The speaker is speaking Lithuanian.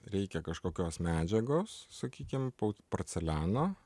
reikia kažkokios medžiagos sakykim po porceliano